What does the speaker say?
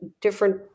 different